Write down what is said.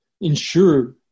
ensure